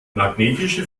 magnetische